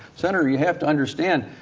senator, you have to understand,